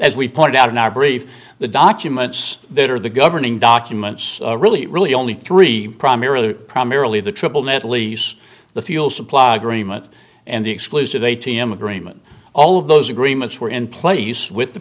as we pointed out in our brief the documents that are the governing documents really really only three primarily primarily the triple net lease the fuel supply agreement and the exclusive a t m agreement all of those agreements were in place with the